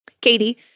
Katie